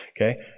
Okay